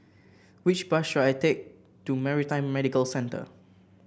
which bus should I take to Maritime Medical Centre